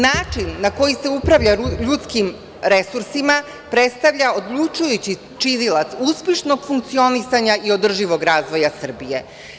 Način na koji se upravlja ljudskim resursima predstavlja odlučujući činilac uspešnog funkcionisanja i održivog razvoja Srbije.